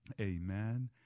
Amen